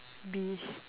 bees